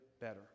better